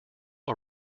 are